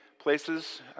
places